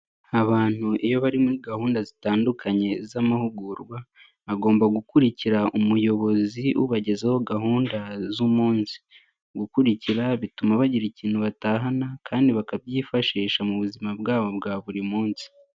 Abantu iyo bari muri gahunda zitandukanye z'amahugurwa, agomba gukurikira umuyobozi ubagezaho gahunda z'umunsi. Gukurikira bituma bagira ikintu batahana kandi bakabyifashisha mu buzima bwabo bwa buri munsi.